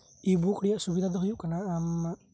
E book ᱨᱮᱭᱟᱜ ᱥᱩᱵᱤᱫᱷᱟ ᱫᱚ ᱦᱩᱭᱩᱜ ᱠᱟᱱᱟ ᱟᱢ